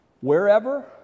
wherever